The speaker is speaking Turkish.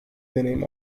deneyim